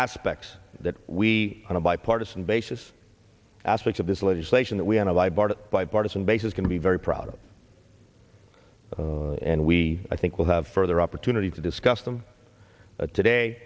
aspects that we on a bipartisan basis aspects of this legislation that we and i bought a bipartisan basis can be very proud of and we i think will have further opportunity to discuss them today